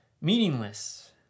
Meaningless